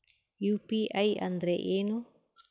UPI ಅಂದ್ರೆ ಏನು?